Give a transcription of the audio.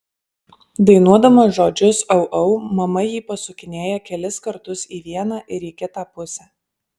dainuodama žodžius au au mama jį pasukinėja kelis kartus į vieną ir į kitą pusę